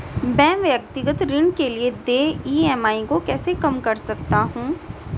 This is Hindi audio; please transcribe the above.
मैं व्यक्तिगत ऋण के लिए देय ई.एम.आई को कैसे कम कर सकता हूँ?